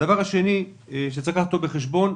דבר שני שצריך לקחת בחשבון,